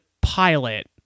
pilot